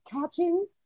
catching